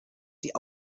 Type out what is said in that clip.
die